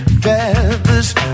Feathers